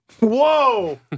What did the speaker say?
Whoa